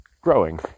growing